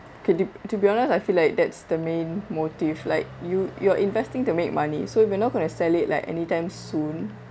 could you to be honest I feel like that's the main motive like you you're investing to make money so if you're not going to sell it like anytime soon